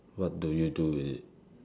what do you do with it